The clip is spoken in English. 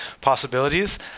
possibilities